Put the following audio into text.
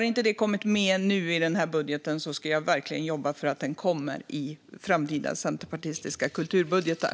Om inte det har kommit med i den här budgeten ska jag verkligen jobba för att det kommer i framtida centerpartistiska kulturbudgetar.